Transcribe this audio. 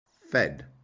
Fed